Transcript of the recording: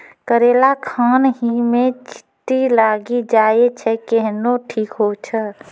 करेला खान ही मे चित्ती लागी जाए छै केहनो ठीक हो छ?